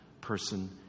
person